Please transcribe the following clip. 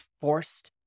forced